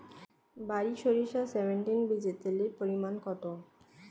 বারি সরিষা সেভেনটিন বীজে তেলের পরিমাণ কত?